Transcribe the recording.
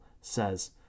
says